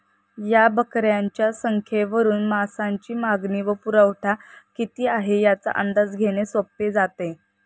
या बकऱ्यांच्या संख्येवरून मांसाची मागणी व पुरवठा किती आहे, याचा अंदाज घेणे सोपे जाते